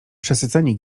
przesyceni